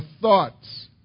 thoughts